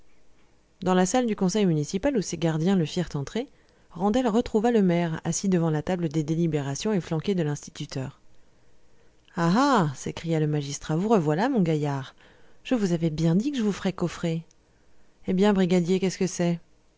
dans la salle du conseil municipal où ses gardiens le firent entrer randel retrouva le maire assis devant la table des délibérations et flanqué de l'instituteur ah ah s'écria le magistrat vous revoilà mon gaillard je vous avais bien dit que je vous ferais coffrer eh bien brigadier qu'est-ce que c'est